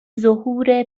ظهور